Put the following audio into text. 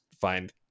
find